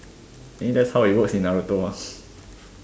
I mean that's how it works in Naruto mah